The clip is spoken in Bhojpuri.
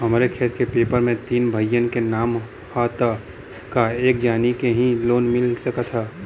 हमरे खेत के पेपर मे तीन भाइयन क नाम ह त का एक जानी के ही लोन मिल सकत ह?